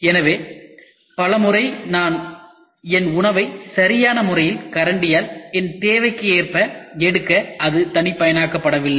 எனவே பல முறை நான் என் உணவை சரியான முறையில் கரண்டியால் என் தேவைக்கு ஏற்ப எடுக்க அது தனிப்பயனாக்கபடவில்லை